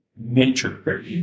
nature